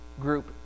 group